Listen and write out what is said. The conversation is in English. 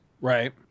right